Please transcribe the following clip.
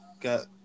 got